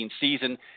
season